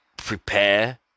prepare